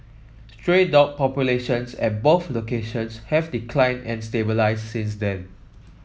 stray dog populations at both locations have declined and stabilised since then